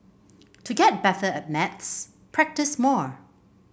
to get better at maths practise more